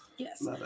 Yes